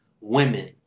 women